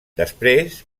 després